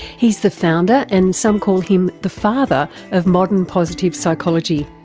he's the founder, and some call him the father of modern positive psychology.